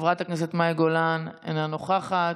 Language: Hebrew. חברת הכנסת מאי גולן, אינה נוכחת,